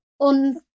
un